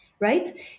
Right